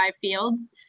fields